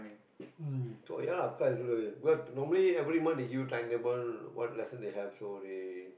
mm oh ya lah of course but normally every month they give you timetable what lesson they have so they